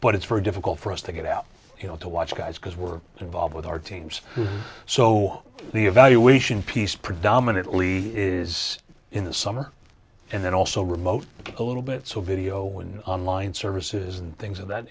but it's very difficult for us to get out you know to watch guys because we're involved with our teams so the evaluation piece predominantly is in the summer and then also remote a little bit so video and online services and things of that